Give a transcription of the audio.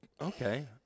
Okay